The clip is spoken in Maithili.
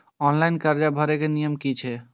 ऑनलाइन कर्जा भरे के नियम की छे?